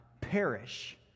perish